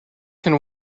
can